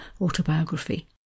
autobiography